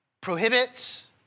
prohibits